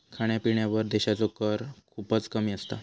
खाण्यापिण्यावर देशाचो कर खूपच कमी असता